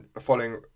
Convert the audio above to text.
following